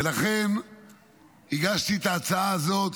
לכן הגשתי את ההצעה הזאת,